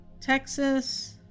Texas